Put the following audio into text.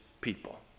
people